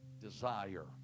desire